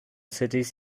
cities